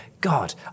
God